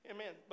Amen